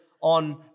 on